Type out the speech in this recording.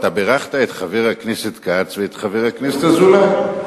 אתה בירכת את חבר הכנסת כץ ואת חבר הכנסת אזולאי,